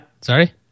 Sorry